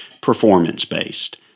performance-based